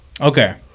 Okay